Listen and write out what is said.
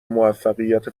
موفقیت